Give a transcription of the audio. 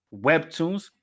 webtoons